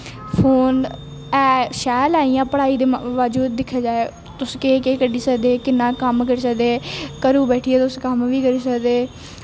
phone ऐ इ'यां शैल ऐ इ'यां पढ़ाई दे बाजू दिक्खेआ जाए तुस केह् केह् कड्ढी सकदे किन्ना कम्म करी सकदे घरों बैठियै तुस कम्म बी करी सकदे